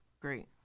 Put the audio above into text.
Great